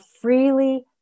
freely